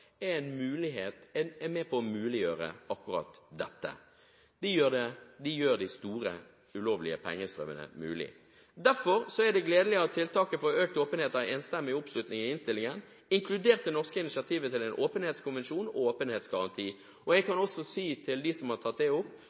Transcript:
er med på å muliggjøre akkurat dette. De gjør de store, ulovlige pengestrømmene mulig. Derfor er det gledelig at tiltaket for økt åpenhet har enstemmig oppslutning i innstillingen, inkludert det norske initiativet til en åpenhetskommisjon og åpenhetsgaranti. Jeg kan også si til dem som har tatt det opp,